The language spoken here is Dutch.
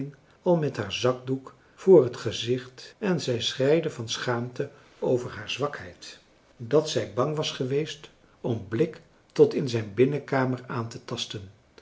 al met haar zakdoek voor het gezicht en zij schreide van schaamte over haar zwakheid dat zij bang was geweest om blik tot in zijn binnenkamer aan te tasten